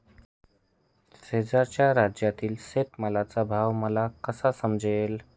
शेजारच्या राज्यातील शेतमालाचा भाव मला कसा समजेल?